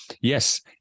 yes